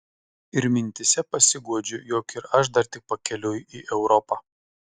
ir mintyse pasiguodžiu jog ir aš dar tik pakeliui į europą